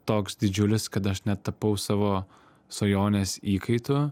toks didžiulis kad aš net tapau savo svajonės įkaitu